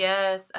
Yes